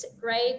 great